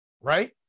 right